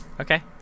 Okay